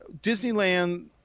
Disneyland